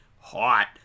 hot